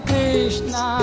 Krishna